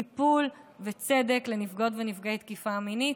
טיפול וצדק לנפגעות ונפגעי תקיפה מינית.